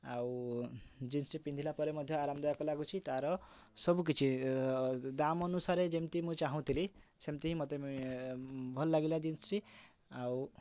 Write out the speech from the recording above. ଆଉ ଜିନ୍ସଟି ପିନ୍ଧିଲା ପରେ ମଧ୍ୟ ଆରାମଦାୟକ ଲାଗୁଛି ତା'ର ସବୁକିଛି ଦାମ୍ ଅନୁସାରେ ଯେମତି ମୁଁ ଚାହୁଁଥିଲି ସେମତି ହିଁ ମତେ ଭଲ ଲାଗିଲା ଜିନ୍ସଟି ଆଉ